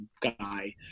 guy